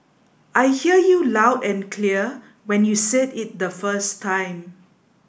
I hear you loud and clear when you said it the first time